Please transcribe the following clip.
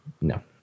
no